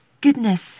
Goodness